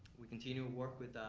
we continue to work with